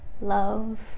love